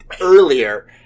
earlier